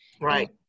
right